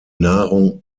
nahrung